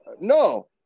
no